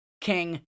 King